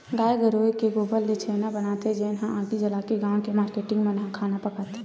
गाये गरूय के गोबर ले छेना बनाथे जेन ल आगी जलाके गाँव के मारकेटिंग मन ह खाना पकाथे